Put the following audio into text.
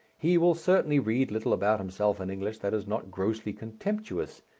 he will certainly read little about himself in english that is not grossly contemptuous,